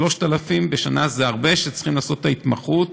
כ-3,000, בשנה זה הרבה, וצריכים לעשות את ההתמחות.